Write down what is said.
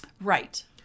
Right